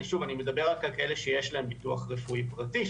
אני מדבר רק על כאלה שיש להם ביטוח רפואי פרטי,